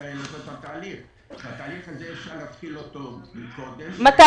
את התהליך הזה אפשר להתחיל קודם --- מתי?